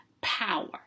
power